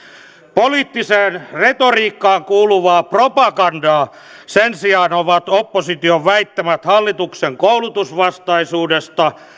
poliittiseen retoriikkaan kuuluvaa propagandaa sen sijaan ovat opposition väittämät hallituksen koulutusvastaisuudesta